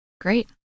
Great